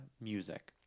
Music